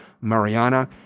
Mariana